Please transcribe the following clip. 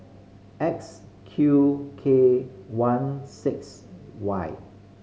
X Q K one six Y